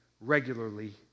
regularly